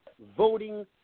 voting